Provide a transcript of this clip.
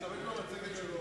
תשתמש במצגת שלו.